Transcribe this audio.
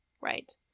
right